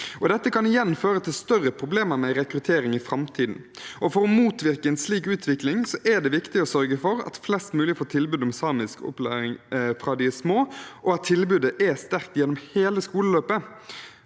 Dette kan igjen føre til større problemer med rekruttering i framtiden. For å motvirke en slik utvikling er det viktig å sørge for at flest mulig får tilbud om samiskopplæring fra de er små, og at tilbudet er sterkt gjennom hele skoleløpet.